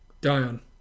Dion